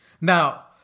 now